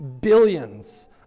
billions